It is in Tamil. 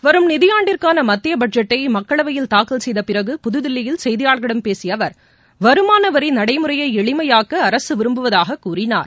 வரும் நிதியாண்டுக்கான மத்திய பட்ஜெட்டை மக்களவையில் தாக்கல் செய்த பிறகு புதுதில்லியில் செய்தியாளர்களிடம் பேசிய அவர் வருமானவரி நடைமுறையை எளிமையாக்க அரசு விரும்புவதாகக் கூறினார்